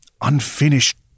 Unfinished